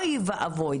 אוי ואבוי,